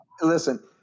listen